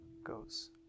goes